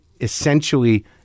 essentially